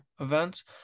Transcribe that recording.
events